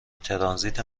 ترانزیت